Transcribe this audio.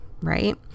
right